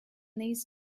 these